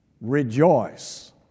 rejoice